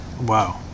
Wow